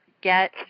get